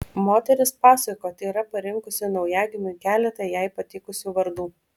moteris pasakojo kad yra parinkusi naujagimiui keletą jai patikusių vardų